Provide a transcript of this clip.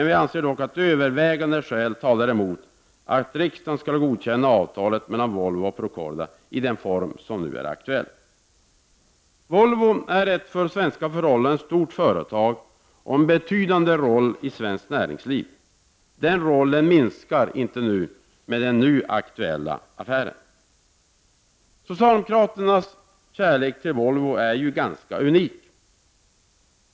Vi anser dock att övervägande skäl talar emot att riksdagen skall godkänna avtalet mellan Volvo och Procordia i den form som nu är aktuell. Volvo är ett för svenska förhållanden stort företag och spelar en betydande roll i svenskt näringsliv. Den rollen minskar inte med den nu aktuella affären. Socialdemokraternas kärlek till Volvo är ganska unik.